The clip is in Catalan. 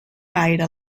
gaire